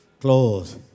Close